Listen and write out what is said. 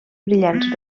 brillants